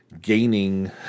gaining